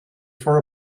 for